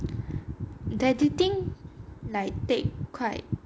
the editing like take quite